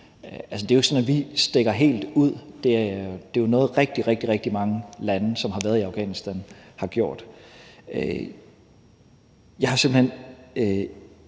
ikke sådan, at vi stikker helt ud. Det er jo noget, rigtig, rigtig mange lande, som har været i Afghanistan, har gjort. Jeg har simpelt hen